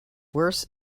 worse